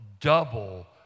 double